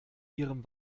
ihrem